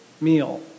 meal